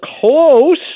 close